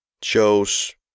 chose